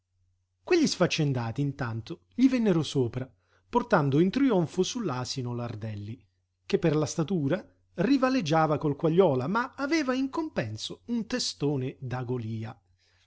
interrotto quegli sfaccendati intanto gli vennero sopra portando in trionfo su l'asino l'ardelli che per la statura rivaleggiava col quagliola ma aveva in compenso un testone da golia